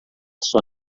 sua